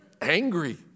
angry